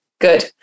good